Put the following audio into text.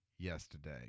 yesterday